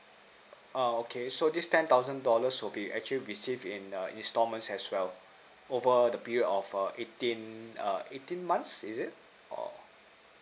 uh okay so this ten thousand dollars would be actually received in a installment as well over the period of err eighteen err eighteen months is it or